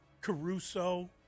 Caruso